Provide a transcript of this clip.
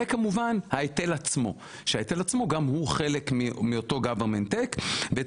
וכמובן ההיטל עצמו שגם הוא חלק מאותו Government take ואת